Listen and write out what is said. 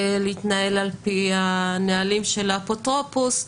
להתנהל על פי הנהלים של האפוטרופוס.